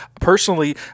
Personally